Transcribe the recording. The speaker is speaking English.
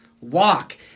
Walk